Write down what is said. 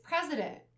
president